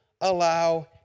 allow